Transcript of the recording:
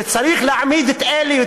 וצריך להעמיד את אלה,